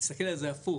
תסתכל על זה הפוך,